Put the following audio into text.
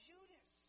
Judas